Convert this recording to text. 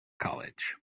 college